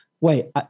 wait